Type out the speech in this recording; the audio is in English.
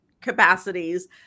capacities